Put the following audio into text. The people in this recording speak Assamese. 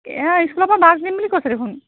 স্কুলৰ পৰা বাছ দিম বুলি কৈছে দেখোন